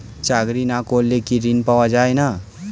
চাকরি না করলে কি ঋণ পাওয়া যায় না?